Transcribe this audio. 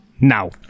now